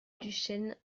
duchesne